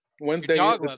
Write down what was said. Wednesday